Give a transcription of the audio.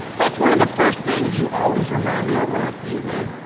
that's one of the first things you always remind me of when i see you, man.